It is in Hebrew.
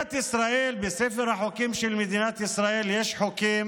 בספר החוקים של מדינת ישראל יש חוקים